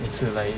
每一次来